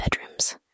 bedrooms